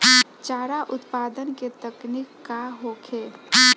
चारा उत्पादन के तकनीक का होखे?